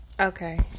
Okay